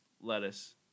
Lettuce